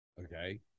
Okay